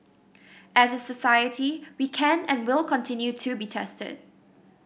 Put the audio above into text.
as a society we can and will continue to be tested